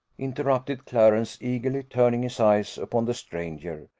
interrupted clarence, eagerly turning his eyes upon the stranger,